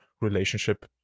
relationship